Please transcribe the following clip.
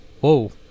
whoa